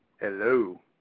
Hello